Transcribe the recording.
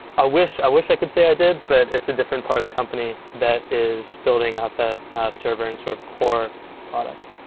i wish. i wish i could say i did but it's a different part of the company that is building out that server and sort of core product.